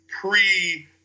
pre